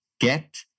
get